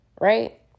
right